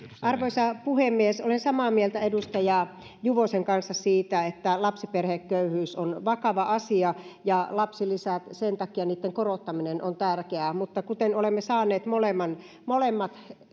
arvoisa puhemies olen samaa mieltä edustaja juvosen kanssa siitä että lapsiperheköyhyys on vakava asia ja sen takia lapsilisien korottaminen on tärkeää mutta kuten olemme saaneet molemmat molemmat